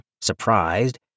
surprised